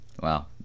Wow